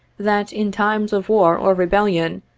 that in times of war or rebellion,